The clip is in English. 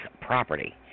property